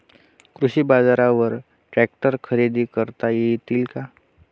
कृषी बाजारवर ट्रॅक्टर खरेदी करता येईल का?